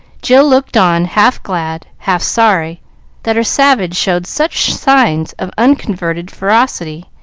jill looked on, half glad, half sorry that her savage showed such signs of unconverted ferocity,